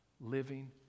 living